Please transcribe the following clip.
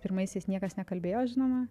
pirmaisiais niekas nekalbėjo žinoma